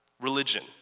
religion